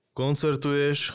koncertuješ